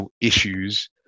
issues